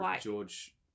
George